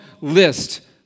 list